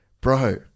bro